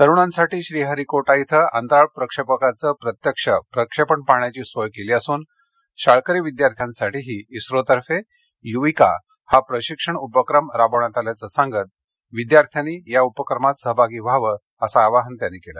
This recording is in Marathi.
तरुणांसाठी श्रीहरीकोटा इथं अंतराळ प्रक्षेपकाचं प्रत्यक्ष प्रक्षेपण पाहण्याची सोय केली असून शाळकरी विद्यार्थ्यांसाठीही इस्रो तर्फे युविका हा प्रशिक्षण उपक्रम राबवण्यात असल्याचं सांगत विद्यार्थ्यांनी या उपक्रमात सहभागी होण्याचं आवाहन मोदी यांनी केलं